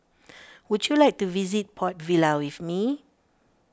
would you like to visit Port Vila with me